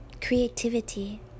creativity